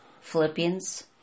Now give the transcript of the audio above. Philippians